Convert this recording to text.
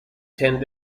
tend